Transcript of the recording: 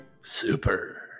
Super